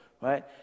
right